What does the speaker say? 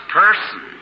person